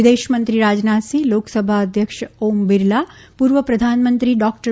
વિદેશમંત્રી રાજનાથસિંહ લોકસભા અધ્યક્ષ ઓમ બિરલા પૂર્વ પ્રધાનમંત્રી ર્ડો